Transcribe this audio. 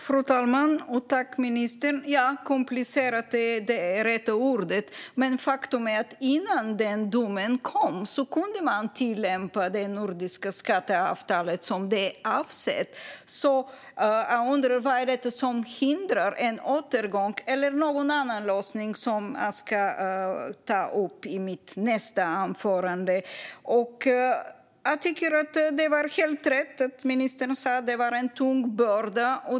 Fru talman! Tack, ministern! Ja, komplicerat är rätt ord. Men faktum är att man innan den domen kom kunde tillämpa det nordiska skatteavtalet som det var avsett. Jag undrar vad det är som hindrar en återgång eller någon annan lösning, som jag ska ta upp i mitt nästa inlägg. Ministern har helt rätt i att det är en tung börda.